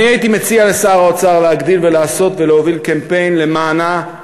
אני הייתי מציע לשר האוצר להגדיל ולעשות ולהוביל קמפיין למענה: